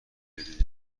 بدونی